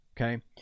Okay